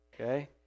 Okay